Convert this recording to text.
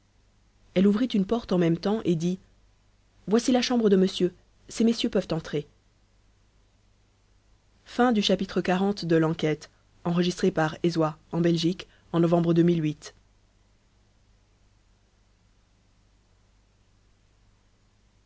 elle ouvrit une porte en même temps et dit voici la chambre de monsieur ces messieurs peuvent entrer